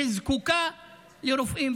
שזקוקה לרופאים,